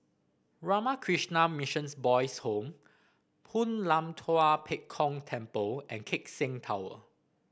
Ramakrishna Mission Boys' Home Hoon Lam Tua Pek Kong Temple and Keck Seng Tower